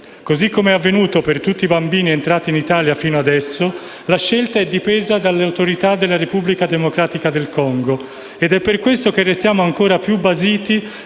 Così come è avvenuto per tutti i bambini entrati in Italia, fino ad adesso, la scelta è dipesa dalle autorità della Repubblica democratica del Congo (RDC) ed è per questo che restiamo ancora più basiti